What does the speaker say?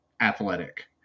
athletic